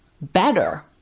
better